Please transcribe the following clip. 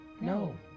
No